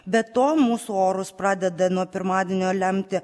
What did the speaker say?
be to mūsų orus pradeda nuo pirmadienio lemti